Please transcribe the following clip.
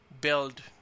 build